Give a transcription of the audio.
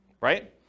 right